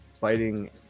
fighting